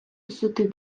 висоти